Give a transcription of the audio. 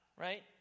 right